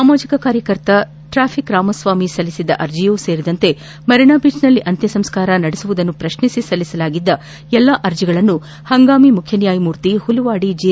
ಸಾಮಾಜಿಕ ಕಾರ್ಯಕರ್ತ ಟ್ರಾಫಿಕ್ ರಾಮಸ್ನಾಮಿ ಸಲ್ಲಿಸಿದ್ದ ಅರ್ಜಿ ಸೇರಿದಂತೆ ಮರಿನಾ ಬೀಚ್ನಲ್ಲಿ ಅಂತ್ಲಸಂಸ್ನಾರ ನಡೆಸುವುದನ್ನು ಪ್ರಶ್ನಿಸಿ ಸಲ್ಲಿಸಲಾಗಿದ್ದ ಎಲ್ಲಾ ಅರ್ಜಿಗಳನ್ನು ಹಂಗಾಮಿ ಮುಖ್ಣನ್ವಾಯಮೂರ್ತಿ ಹುಲುವಾಡಿ ಜಿ